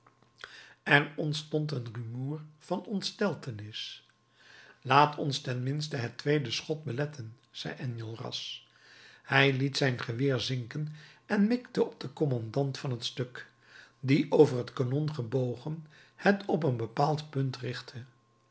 er ontstond een rumoer van ontsteltenis laat ons ten minste het tweede schot beletten zei enjolras hij liet zijn geweer zinken en mikte op den kommandant van het stuk die over het kanon gebogen het op een bepaald punt richtte